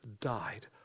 died